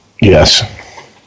Yes